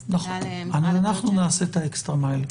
אז תודה למשרד הבריאות --- אנחנו נעשה את האקסטרה מייל,